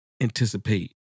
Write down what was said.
anticipate